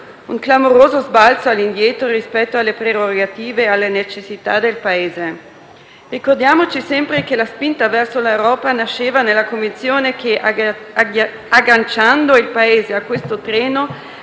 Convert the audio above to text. un clamoroso balzo all'indietro rispetto alle prerogative e alle necessità del Paese. Ricordiamoci sempre che la spinta verso l'Europa nasceva nella convinzione che, agganciando il Paese a questo treno,